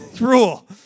rule